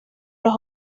los